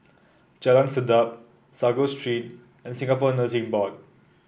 Jalan Sedap Sago Street and Singapore Nursing Board